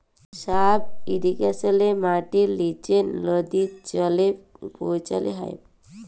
sub ইরিগেশলে মাটির লিচে লদী জলে পৌঁছাল হ্যয়